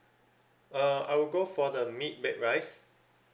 uh I will go for the meat baked rice